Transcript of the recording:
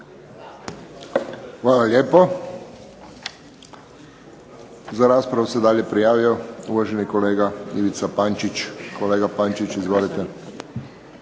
Hvala lijepo. Za raspravu se dalje prijavio uvaženi kolega Ivica Pančić. Izvolite